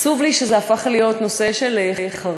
עצוב לי שזה הפך להיות נושא של חרדים,